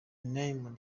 named